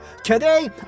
Today